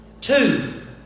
two